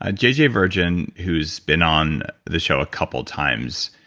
ah jj virgin who's been on the show a couple times,